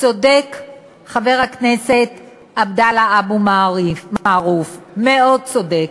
צודק חבר הכנסת עבדאללה אבו מערוף, מאוד צודק.